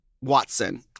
Watson